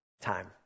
Time